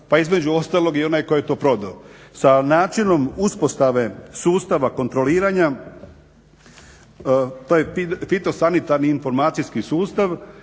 Pa između ostalog i onaj koji je to prodao. Sa načinom uspostave sustava kontroliranja to je fitosanitarni informacijski sustav,